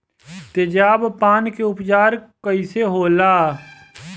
तेजाब पान के उपचार कईसे होला?